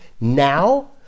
now